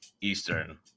Eastern